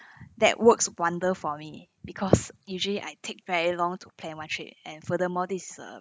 that works wonder for me because usually I take very long to plan one trip and furthermore this is a